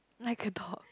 I can talk